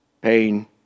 pain